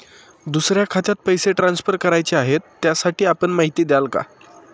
दुसऱ्या खात्यात पैसे ट्रान्सफर करायचे आहेत, त्यासाठी आपण माहिती द्याल का?